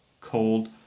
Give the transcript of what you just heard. cold